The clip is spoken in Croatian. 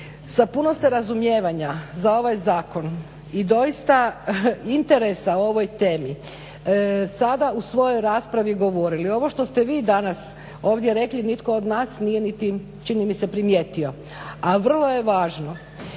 sa puno ste razumijevanja za ovaj zakon i doista interesa o ovoj temi sada u svojoj raspravi govorili. Ovo što ste vi danas ovdje rekli nitko od nas nije niti čini mi se primijetio, a vrlo je važno.